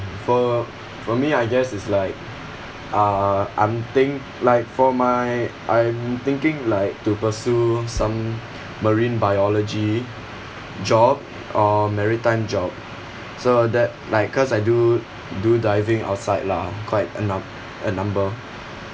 for for me I guess it's like uh I'm think like for my I'm thinking like to pursue some marine biology job or maritime job so that like cause I do do diving outside lah quite a num~ a number